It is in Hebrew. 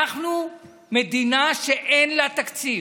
אנחנו מדינה שאין לה תקציב.